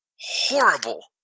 horrible